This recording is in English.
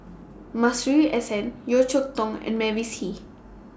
Masuri S N Yeo Cheow Tong and Mavis Hee